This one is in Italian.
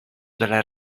della